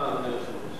אדוני היושב-ראש.